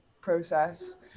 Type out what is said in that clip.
process